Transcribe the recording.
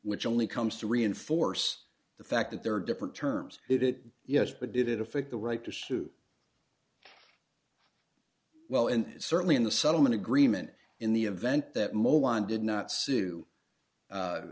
which only comes to reinforce the fact that there are different terms it it yes but did it affect the right to sue well and certainly in the settlement agreement in the event that mohan did not sue